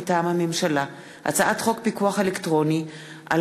מטעם הממשלה: הצעת חוק פיקוח אלקטרוני על